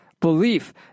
belief